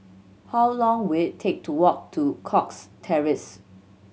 how long will it take to walk to Cox Terrace